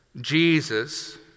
Jesus